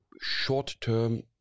short-term